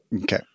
Okay